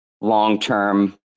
long-term